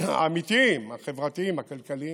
האמיתיים, החברתיים, הכלכליים.